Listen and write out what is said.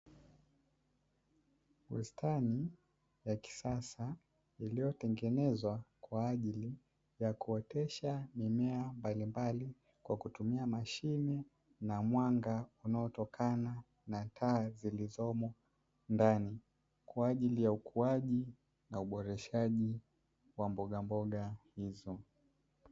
Bustani ya kisasa, iliyotengenezwa kwa ajili ya kuotesha mimea mbalimbali kwa kutumia mashine na mwanga unaotokana na taa zilizomo ndani, kwa ajili ya ukuaji na uboreshaji wa mbogamboga hizo.